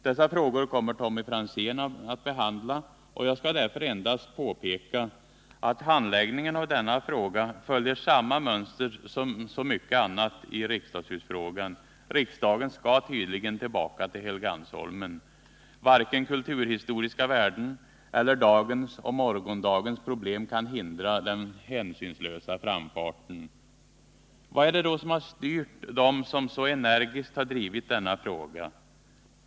Dessa frågor kommer Tommy Franzén att behandla, och jag skall därför endast påpeka att handläggningen av denna fråga följer samma mönster som så mycket annat i riksdagshusfrågan: Riksdagen skall tydligen tillbaka till Helgeandsholmen. Varken kulturhistoriska värden eller dagens och morgondagens problem kan hindra den hänsynslösa framfarten. Vad är det då som styrt dem som så energiskt har drivit denna fråga?